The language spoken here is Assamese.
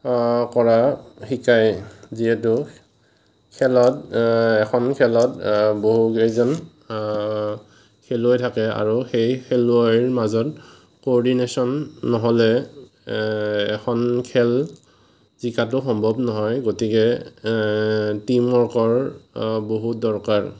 কৰা শিকায় যিহেতু খেলত এখন খেলত বহুকেইজন খেলুৱৈ থাকে আৰু সেই খেলুৱৈৰ মাজত ক'ৰডিনেশ্যন নহ'লে এখন খেলত জিকাতো সম্ভৱ নহয় গতিকে টীম ৱৰ্কৰ বহুত দৰকাৰ